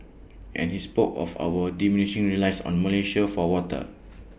and he spoke of our diminishing reliance on Malaysia for water